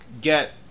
get